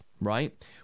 right